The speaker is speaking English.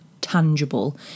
tangible